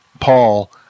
Paul